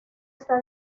está